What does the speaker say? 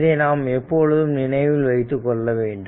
இதனை நாம் எப்பொழுதும் நினைவில் வைத்துக் கொள்ள வேண்டும்